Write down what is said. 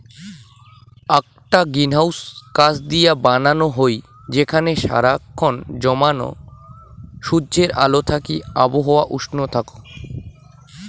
আকটা গ্রিনহাউস কাচ দিয়া বানানো হই যেখানে সারা খন জমানো সূর্যের আলো থাকি আবহাওয়া উষ্ণ থাকঙ